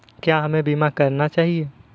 क्या हमें बीमा करना चाहिए?